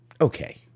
Okay